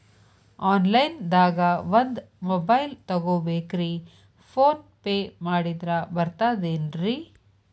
Online ದಾಗ ಒಂದ್ mobile ತಗೋಬೇಕ್ರಿ ಫೋನ್ ಪೇ ಮಾಡಿದ್ರ ಬರ್ತಾದೇನ್ರಿ?